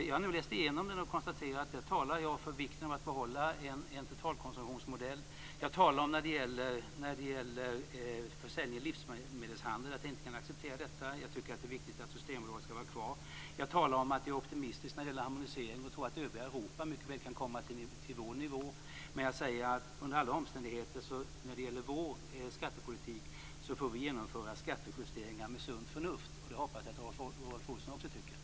Jag har nu läst igenom den och konstaterar att jag där talar för vikten av att behålla en totalkonsumtionsmodell. När det gäller försäljning av alkohol i livsmedelshandeln talar jag om att jag inte kan acceptera detta. Jag tycker att det är viktigt att Systembolaget ska vara kvar. Jag talar om att jag är optimistisk när det gäller harmonisering och tror att övriga Europa mycket väl kan komma till vår nivå. Men jag säger när det gäller vår skattepolitik så får vi under alla omständigheter genomföra skattejusteringar med sunt förnuft, och det hoppas jag att Rolf Olsson också tycker.